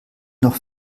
noch